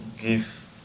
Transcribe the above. give